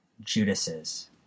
Judas's